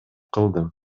кылдым